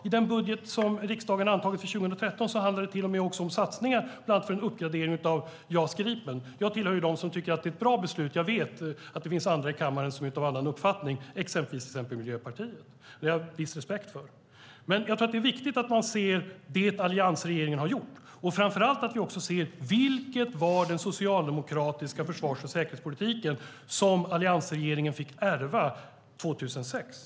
I den budget som riksdagen har antagit för 2013 handlar det till och med om satsningar, bland annat på en uppgradering av JAS Gripen. Jag hör till dem som tycker att det är ett bra beslut men vet att det finns andra i den här kammaren som är av annan uppfattning, exempelvis Miljöpartiet, och det har jag viss respekt för. Jag tror att det är viktigt att man ser det alliansregeringen har gjort och framför allt att man ser hur den socialdemokratiska försvars och säkerhetspolitiken som alliansregeringen fick ärva 2006 såg ut.